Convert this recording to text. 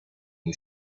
you